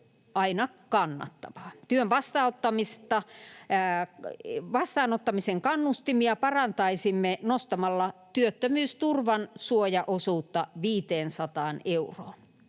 Työn vastaanottamisen kannustimia parantaisimme nostamalla työttömyysturvan suojaosuutta 500 euroon.